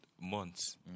months